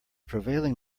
prevailing